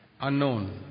unknown